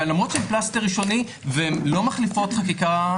ולמרות שהם פלסטר ראשוני והם לא מחליפות חקיקה,